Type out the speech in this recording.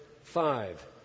five